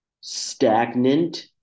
stagnant